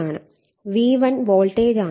V1 voltage ആണ്